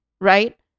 Right